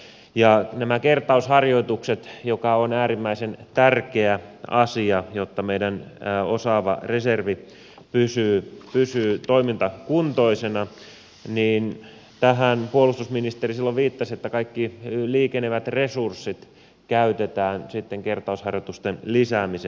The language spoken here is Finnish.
mitä tulee näihin kertausharjoituksiin joka on äärimmäisen tärkeä asia jotta meidän osaava reservi pysyy toimintakuntoisena niin puolustusministeri silloin viittasi että kaikki liikenevät resurssit käytetään kertausharjoitusten lisäämiseen